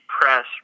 Press